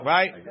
Right